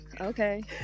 okay